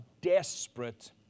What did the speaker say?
desperate